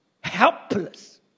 Helpless